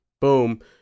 boom